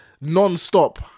non-stop